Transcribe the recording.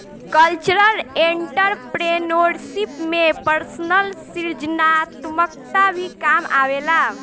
cultural entrepreneurship में personal सृजनात्मकता भी काम आवेला